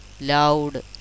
loud